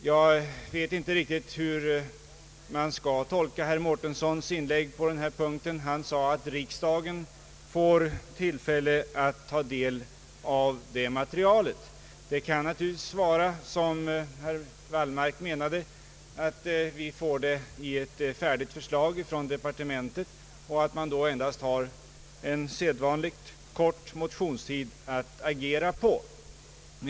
Jag vet inte riktigt hur man skall tolka herr Mårtenssons inlägg på denna punkt. Han sade att riksdagen får tillfälle att ta del av materialet. Det kan naturligtvis vara på det sättet, som herr Wallmark sade, att vi får ta del av det hela såsom ett färdigt förslag från departementet och då endast har en sedvanlig kort motionstid att agera på.